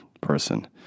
person